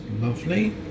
lovely